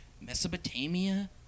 Mesopotamia